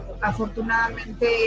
afortunadamente